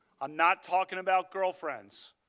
ah not talking about girlfriends.